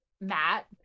Matt